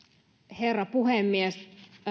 herra puhemies